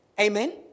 Amen